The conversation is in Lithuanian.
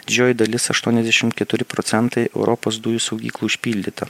didžioji dalis aštuoniasdešim keturi procentai europos dujų saugyklų užpildyta